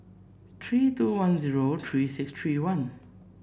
three two one zero three six three one